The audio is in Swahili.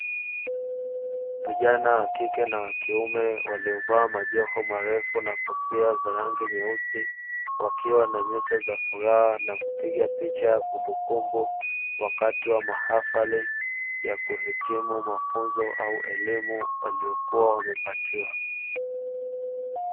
Vijana wakike na wakiume waliovaa majoho marefu na kofia za rangi nyeusi, wakiwa na nyuso za furaha na kupiga picha ya kumbukumbu wakati wa mahafali ya kuhitimu mafunzo au elimu waliokua wamepatiwa.